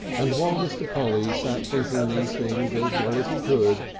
and while mr. polly sat thinking these things as well as he could,